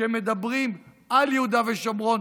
שמדברים על יהודה ושומרון,